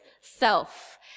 self